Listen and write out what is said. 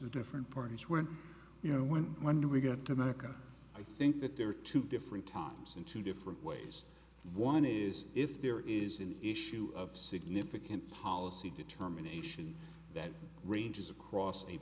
actually different parties where you know when when we got to america i think that there are two different times in two different ways one is if there is an issue of significant policy determination that ranges across a